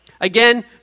Again